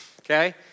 Okay